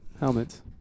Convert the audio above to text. helmets